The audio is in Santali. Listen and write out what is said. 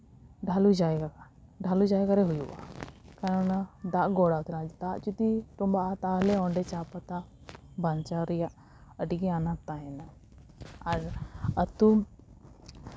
ᱰᱷᱟᱹᱞᱩ ᱡᱟᱭᱜᱟ ᱰᱷᱟᱹᱞᱩ ᱡᱟᱭᱜᱟ ᱨᱮ ᱦᱩᱭᱩᱜᱼᱟ ᱟᱨ ᱚᱱᱟ ᱫᱟᱜ ᱜᱚᱲᱟᱣ ᱛᱮᱱᱟᱜ ᱫᱟᱜ ᱡᱩᱫᱤ ᱛᱚᱸᱵᱟᱜᱼᱟ ᱛᱟᱦᱞᱮ ᱚᱸᱰᱮ ᱪᱟ ᱯᱟᱛᱟ ᱵᱟᱧᱪᱟᱣ ᱨᱮᱭᱟᱜ ᱟᱹᱰᱤᱜᱮ ᱟᱱᱟᱴ ᱛᱟᱦᱮᱱᱟ ᱟᱹᱛᱩ